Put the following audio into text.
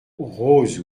rose